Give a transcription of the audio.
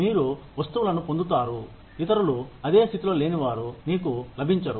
మీరు వస్తువులను పొందుతారు ఇతరులు అదే స్థితిలో లేనివారు నీకు లభించరు